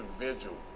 individual